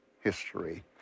history